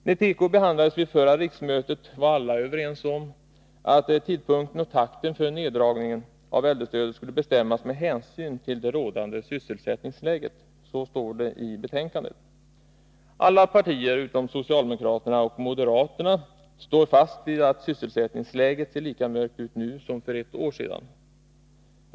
När tekoindustrin behandlades vid förra riksmötet var alla överens om att, som det står i betänkandet, tidpunkten och takten för neddragningen av äldrestödet skulle bestämmas med hänsyn till det rådande sysselsättningsläget. Alla utom socialdemokraterna och moderaterna slår fast att sysselsättningsläget ser lika mörkt ut nu som för ett år sedan.